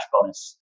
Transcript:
bonus